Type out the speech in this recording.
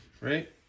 right